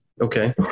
Okay